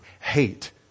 hate